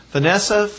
Vanessa